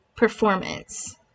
performance